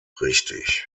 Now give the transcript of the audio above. richtig